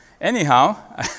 anyhow